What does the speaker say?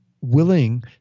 willing